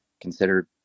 considered